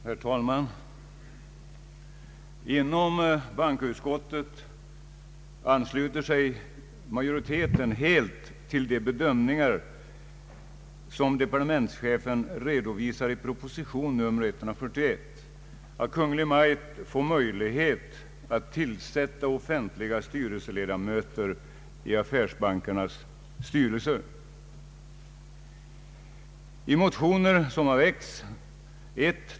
Herr talman! Inom bankoutskottet ansluter sig majoriteten helt till de bedömningar som departementschefen redovisar i proposition nr 141, nämligen att Kungl. Maj:t bör få möjlighet att tillsätta offentliga styrelseledamöter i affärsbankernas styrelser.